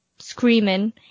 screaming